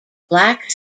black